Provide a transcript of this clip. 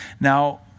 Now